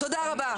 תודה רבה.